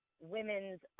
women's